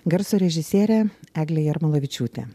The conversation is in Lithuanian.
garso režisierė eglė jarmolavičiūtė